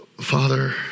Father